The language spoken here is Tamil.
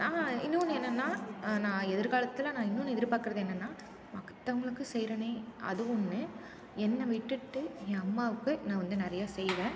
ஹான் ஹான் இன்னொன்னு என்னன்னா நான் எதிர்காலத்தில் நான் இன்னொன்று எதிர்பார்க்கறது என்னன்னா மற்றவங்களுக்கு செய்கிறனே அது ஒன்று என்னை விட்டுட்டு ஏ அம்மாவுக்கு நான் வந்து நிறைய செய்வேன்